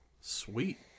Sweet